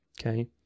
okay